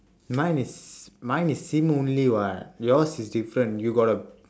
mine is mine is sim only [what] yours is different you got a